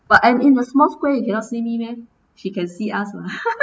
but I'm in a small square you cannot see me meh she can see us mah